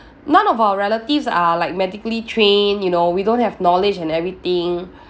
none of our relatives are like medically-trained you know we don't have knowledge and everything